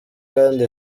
kandi